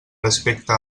respecte